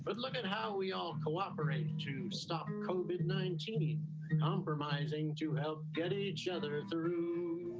but look at how we all cooperate to stop coven nineteen compromising to help get each other through